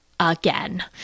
again